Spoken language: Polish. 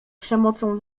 przemocą